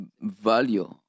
value